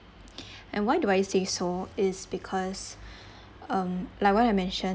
and why do I say so is because um like what I mentioned